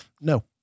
No